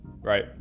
Right